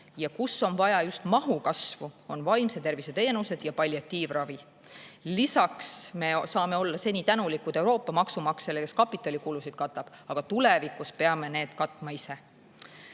Ja kus on vaja just mahu kasvu, on vaimse tervise teenused ja palliatiivravi. Lisaks, me saame olla seni tänulikud Euroopa maksumaksjale, kes kapitalikulusid katab, aga tulevikus peame need katma ise. Kas